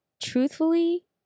truthfully